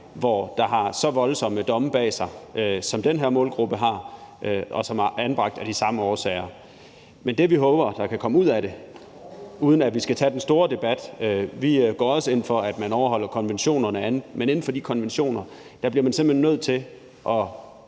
der har så voldsomme domme bag sig, som den her målgruppe har, og som er anbragt af de samme årsager. Men det, vi håber der kan komme ud af det, uden at vi skal tage den store debat, for vi går også ind for, at man overholder konventionerne, er, at man inden for de konventioner simpelt hen bliver nødt til at